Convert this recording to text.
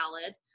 valid